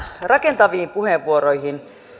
rakentaviin puheenvuoroihin